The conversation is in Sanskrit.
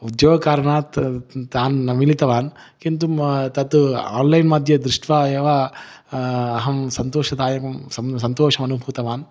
उद्योगकारणात् तान् न मिलितवान् किन्तु तत् आन्लैन् मध्ये दृष्ट्वा एव अहं सन्तोषदायकं सं सन्तोषमनुभूतवान्